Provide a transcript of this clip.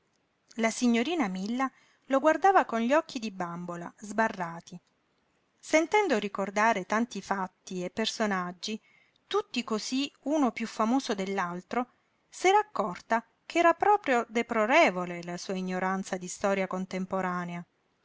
la signorina milla lo guardava con gli occhi di bambola sbarrati sentendo ricordare tanti fatti e personaggi tutti cosí uno piú famoso dell'altro s'era accorta ch'era proprio deplorevole la sua ignoranza di storia contemporanea